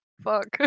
fuck